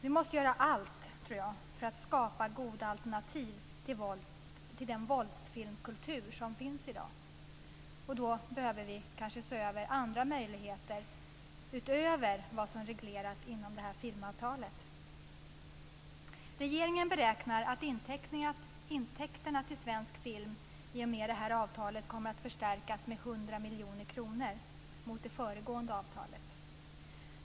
Vi måste göra allt, tror jag, för att skapa goda alternativ till den våldsfilmkultur som finns i dag. Då behöver vi kanske se över andra möjligheter utöver vad som regleras inom detta filmavtal. Regeringen beräknar att intäkterna till svensk film i och med detta avtal kommer att förstärkas med hundra miljoner kronor jämfört med det föregående avtalet.